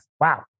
Wow